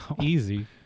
Easy